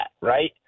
right